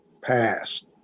passed